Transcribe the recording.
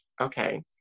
okay